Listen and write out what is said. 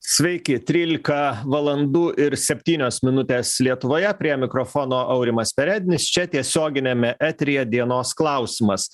sveiki trylika valandų ir septynios minutės lietuvoje prie mikrofono aurimas perednis čia tiesioginiame eteryje dienos klausimas